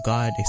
God